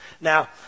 Now